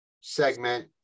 segment